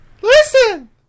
Listen